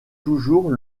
toujours